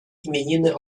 imieniny